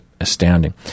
astounding